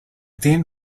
then